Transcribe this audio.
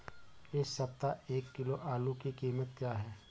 इस सप्ताह एक किलो आलू की कीमत क्या है?